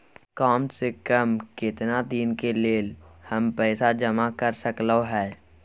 काम से कम केतना दिन के लेल हम पैसा जमा कर सकलौं हैं?